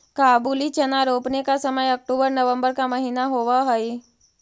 काबुली चना रोपने का समय अक्टूबर नवंबर का महीना होवअ हई